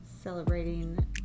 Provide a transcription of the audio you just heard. Celebrating